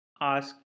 ask